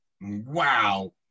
Wow